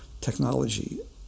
technology